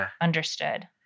understood